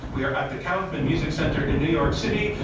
we are at the kaufman music center in new york city.